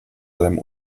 allem